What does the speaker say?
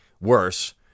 worse